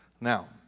Now